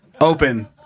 open